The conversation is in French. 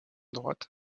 droite